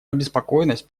обеспокоенность